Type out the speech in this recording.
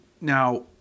Now